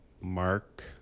Mark